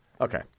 Okay